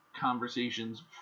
conversations